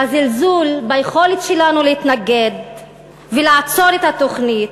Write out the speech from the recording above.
והזלזול ביכולת שלנו להתנגד ולעצור את התוכנית,